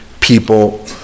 people